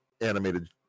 animated